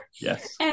yes